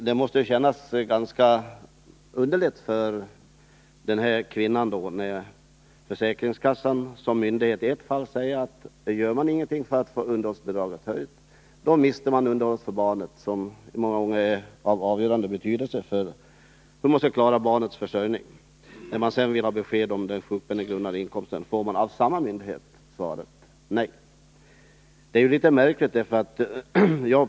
Det måste kännas ganska underligt för denna kvinna, då försäkringskassa som myndighet i ett fall säger att om ingenting görs för att få underhålls draget höjt så mister man det underhåll för barnet som många gånger är av avgörande betydelse för att barnets försörjning skall klaras. När man sedan vill ha besked om den sjukpenninggrundande inkomsten får man av samma myndighet svaret nej. Det är litet märkligt.